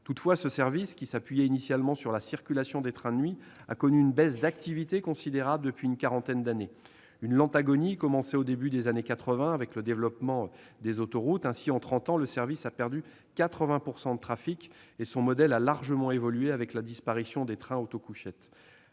Toutefois, ce service, qui s'appuyait initialement sur la circulation des trains de nuit, a connu une baisse d'activité considérable depuis une quarantaine d'années. Cette lente agonie a commencé au début des années 1980 avec le développement des autoroutes. Ainsi, en trente ans, le service a perdu 80 % de trafic et son modèle a largement évolué avec la disparition des trains auto-couchettes.